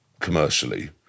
commercially